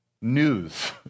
news